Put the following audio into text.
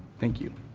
thank you.